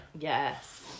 yes